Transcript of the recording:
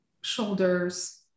Shoulders